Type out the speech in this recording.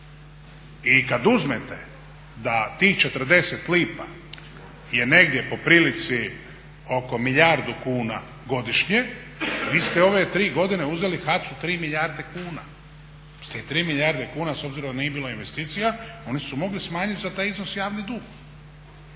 I kad uzmete da tih 40 lipa je negdje po prilici oko milijardu kuna godišnje, vi ste ove tri godine uzeli HAC-u 3 milijarde kuna. 3 milijarde kuna s obzirom da nije bilo investicija, oni su mogli smanjit za taj iznos javni dug.